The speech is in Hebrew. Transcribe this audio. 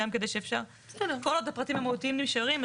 כל עוד הפרטים המהותיים נשארים,